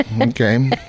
Okay